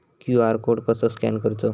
QR code कसो scan करायचो?